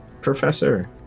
Professor